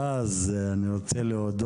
אפשר שנייה אחת?